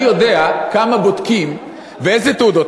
אני יודע כמה בודקים ואיזה תעודות.